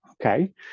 okay